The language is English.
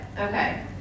okay